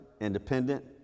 independent